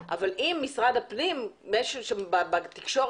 אבל אם משרד הפנים כשל בתקשורת,